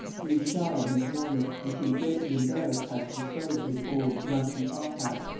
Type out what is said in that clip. he was shy in his manner and seemed greatly embarrassed how to dispose of his old, rusty top-hat,